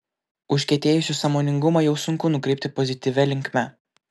užkietėjusių sąmoningumą jau sunku nukreipti pozityvia linkme